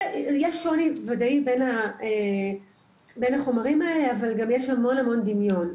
יש שוני וודאי בין החומרים האלה אבל גם יש המון דמיון.